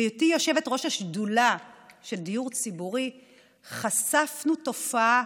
בהיותי יושבת-ראש השדולה של דיור ציבורי חשפנו תופעה